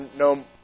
no